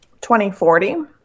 2040